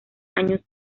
años